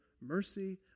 mercy